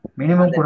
minimum